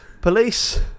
Police